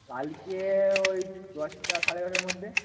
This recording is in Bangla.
কালকে ওই দশটা সাড়ে এগারোটার মধ্যে